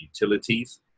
utilities